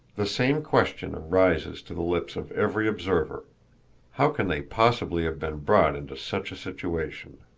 the same question rises to the lips of every observer how can they possibly have been brought into such a situation?